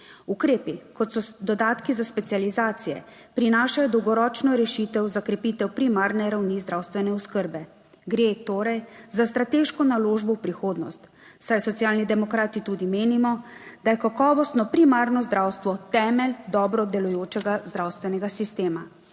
Ukrepi, kot so dodatki za specializacije prinašajo dolgoročno rešitev za krepitev primarne ravni zdravstvene oskrbe, gre torej za strateško naložbo v prihodnost, saj Socialni demokrati tudi menimo, da je kakovostno primarno zdravstvo temelj dobro delujočega zdravstvenega sistema.